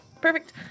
perfect